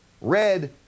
Red